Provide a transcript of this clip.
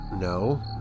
No